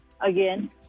again